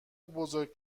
بزرگ